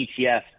etf